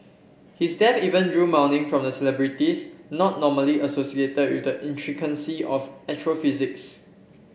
his death even drew mourning from celebrities not normally associated with the intricacies of astrophysics